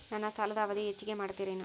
ನನ್ನ ಸಾಲದ ಅವಧಿ ಹೆಚ್ಚಿಗೆ ಮಾಡ್ತಿರೇನು?